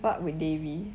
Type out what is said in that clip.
what would they be